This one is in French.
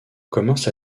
commence